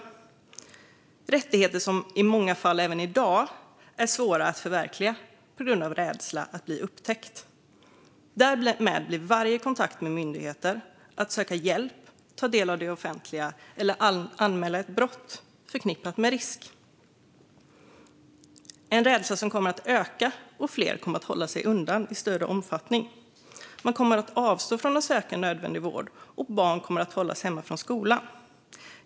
Det är rättigheter som i många fall även i dag är svåra att förverkliga, på grund av rädslan att bli upptäckt. Därmed blir varje kontakt med myndigheter för att söka hjälp, ta del av det offentliga eller anmäla ett brott förknippad med risk. Det är en rädsla som kommer att öka. Fler kommer att hålla sig undan i större omfattning. Man kommer att avstå från att söka nödvändig vård, och barn kommer att hållas hemma från skolan.